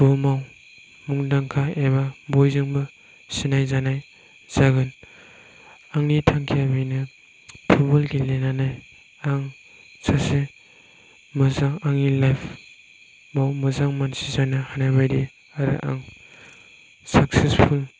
बुहुमाव मुंदांखा एबा बयजोंबो सिनाय जानाय जागोन आंनि थांखिया बेनो फुटब'ल गेलेनानै आं सासे मोजां आंनि लाइफ आव मोजां मानसि जानो हानायबायदि आरो आं साक्सेसफुल